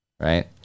right